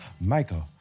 Michael